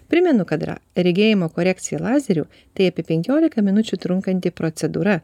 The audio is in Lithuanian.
primenu kad regėjimo korekcija lazeriu tai apie penkiolika minučių trunkanti procedūra